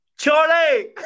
Charlie